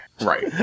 Right